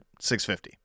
650